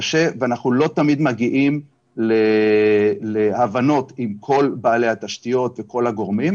קשה ואנחנו לא תמיד מגיעים להבנות עם כל בעלי התשתיות ועם כל הגורמים.